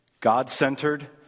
God-centered